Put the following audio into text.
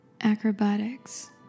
Acrobatics